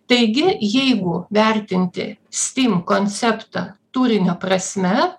taigi jeigu vertinti stim konceptą turinio prasme